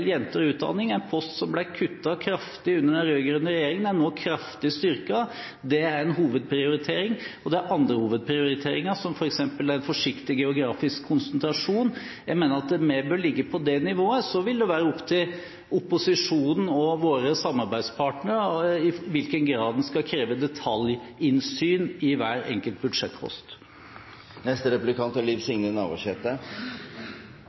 jenters utdanning – en post som ble kuttet kraftig under den rød-grønne regjeringen, er nå kraftig styrket. Det er én hovedprioritering. Det er også andre hovedprioriteringer, som f.eks. en forsiktig geografisk konsentrasjon. Jeg mener at vi bør ligge på det nivået, og så vil det være opp til opposisjonen og våre samarbeidspartnere i hvilken grad man skal kreve detaljinnsyn i hver enkelt budsjettpost.